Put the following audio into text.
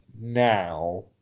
now